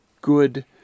good